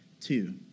Two